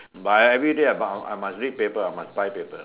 but everyday I bow I must read paper I must buy paper